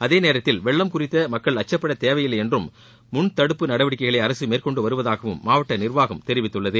அதே நேரத்தில் வெள்ளம் குறித்து மக்கள் அச்சுப்பட தேவையில்லை என்றும் முன்தடுப்பு நடவடிக்கைகளை அரசு மேற்கொண்டு வருவதாகவும் மாவட்ட நிர்வாகம் தெரிவித்துள்ளது